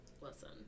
listen